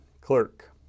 clerk